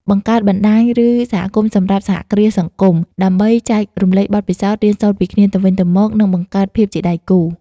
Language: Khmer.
បង្កើតបណ្តាញ ឬសមាគមសម្រាប់សហគ្រាសសង្គម ដើម្បីចែករំលែកបទពិសោធន៍ រៀនសូត្រពីគ្នាទៅវិញទៅមក និងបង្កើតភាពជាដៃគូ ។